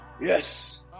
yes